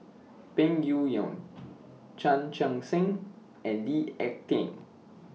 Peng Yuyun Chan Chun Sing and Lee Ek Tieng